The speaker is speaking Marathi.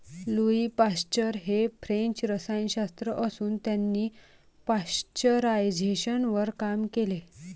लुई पाश्चर हे फ्रेंच रसायनशास्त्रज्ञ असून त्यांनी पाश्चरायझेशनवर काम केले